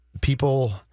people